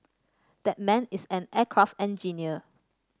that man is an aircraft engineer